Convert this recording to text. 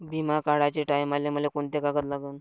बिमा काढाचे टायमाले मले कोंते कागद लागन?